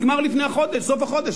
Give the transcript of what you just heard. נגמר לפני סוף החודש.